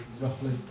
Roughly